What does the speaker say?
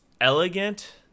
elegant